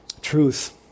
Truth